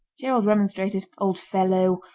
gerald remonstrated. old fellow,